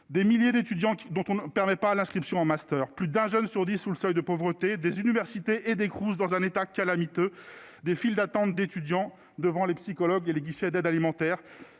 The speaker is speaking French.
des milliers d'étudiants dont on ne permet pas à l'inscription en master, plus d'un jeune sur 10 sous le seuil de pauvreté des universités et des Cruz dans un état calamiteux des files d'attente d'étudiants devant les psychologues et les guichets d'aide alimentaire